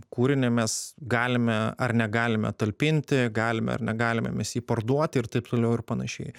kūrinį mes galime ar negalime talpinti galime ar negalime mes jį parduoti ir taip toliau ir panašiai